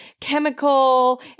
chemical